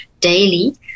daily